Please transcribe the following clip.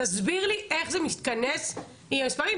תסביר לי איך זה מתכנס עם המספרים.